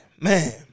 man